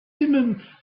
simum